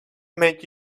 made